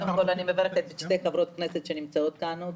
אני מברכת את שתי חברות הכנסת שנמצאות איתנו,